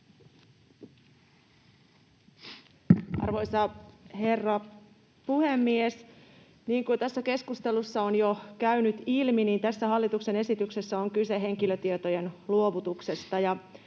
Arvoisa herra puhemies! Niin kuin tässä keskustelussa on jo käynyt ilmi, tässä hallituksen esityksessä on kyse henkilötietojen luovutuksesta,